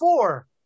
four